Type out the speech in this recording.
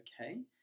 okay